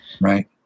right